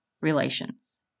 Relations